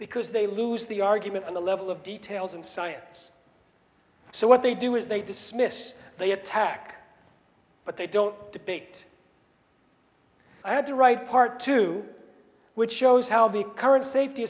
because they lose the argument on the level of details and science so what they do is they dismiss they attack but they don't depict i had to write part two which shows how the current safety